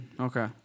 Okay